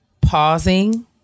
pausing